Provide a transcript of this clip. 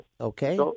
Okay